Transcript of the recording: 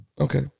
Okay